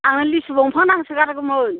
आंनो लिसु दंफां नांसो गारगौमोन